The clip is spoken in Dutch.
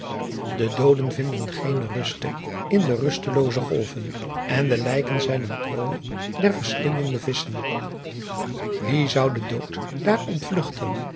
de dooden vinden geene ruste in de rustelooze golven en de lijken zijn een prooi der verslindende visschen ie zou den dood daar ontvlugten